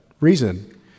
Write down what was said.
reason